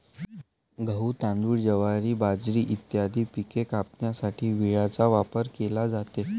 गहू, तांदूळ, ज्वारी, बाजरी इत्यादी पिके कापण्यासाठी विळ्याचा वापर केला जातो